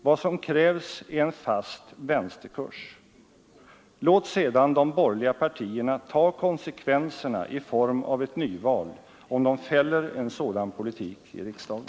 Vad som krävs är en fast vänsterkurs. Låt sedan de borgerliga partierna ta konsekvenserna i form av ett nyval, om de fäller en sådan politik i riksdagen!